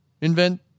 invent